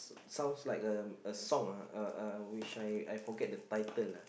sounds like uh a song uh which I I forget the title uh